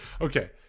Okay